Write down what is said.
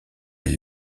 elle